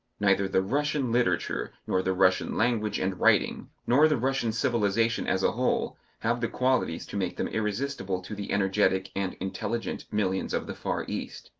neither the russian literature nor the russian language and writing, nor the russian civilization as a whole have the qualities to make them irresistible to the energetic and intelligent millions of the far east.